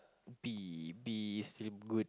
B B still good